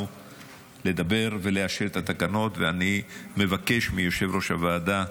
לדבר ולאשר את התקנות ואני מבקש מיושב-ראש הוועדה,